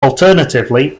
alternatively